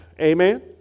amen